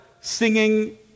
singing